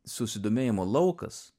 susidomėjimo laukas